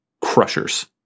crushers